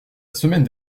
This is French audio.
semaine